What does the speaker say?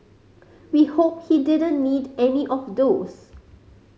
we hope he didn't need any of those